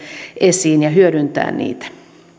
esiin ja hyödyntää niitä